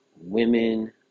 women